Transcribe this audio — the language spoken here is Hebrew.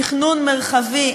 תכנון מרחבי,